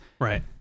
right